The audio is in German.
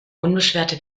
unbeschwerte